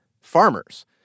farmers